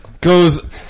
goes –